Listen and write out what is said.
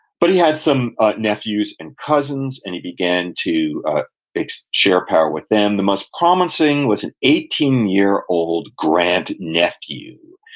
but he had some nephews and cousins, and he began to ah share power with them. the most promising was an eighteen year old grand-nephew,